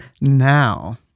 now